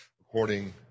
according